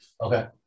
Okay